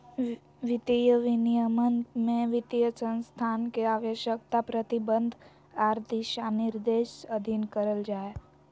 वित्तीय विनियमन में वित्तीय संस्थान के आवश्यकता, प्रतिबंध आर दिशानिर्देश अधीन करल जा हय